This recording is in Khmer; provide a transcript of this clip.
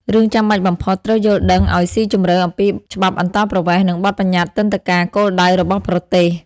រឿងចាំបាច់បំផុត ត្រូវយល់ដឹងអោយស៊ីជម្រៅអំពីច្បាប់អន្តោប្រវេសន៍ និងបទប្បញ្ញត្តិទិដ្ឋាការគោលដៅរបស់ប្រទេស។